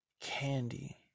candy